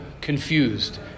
confused